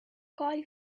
guy